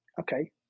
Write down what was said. okay